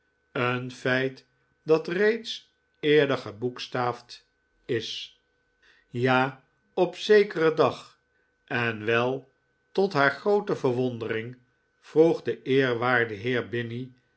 een feit dat reeds eerder geboekstaafd is ja op zekeren dag en wel tot haar groote verwondering t vroeg de eerwaarde heer binny